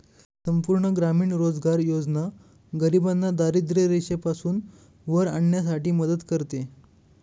संपूर्ण ग्रामीण रोजगार योजना गरिबांना दारिद्ररेषेपासून वर आणण्यासाठी मदत करते